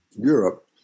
Europe